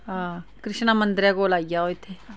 हां कृष्णा मंदरै कोल आई आओ इत्थैं